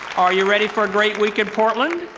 are you ready for a great week in portland?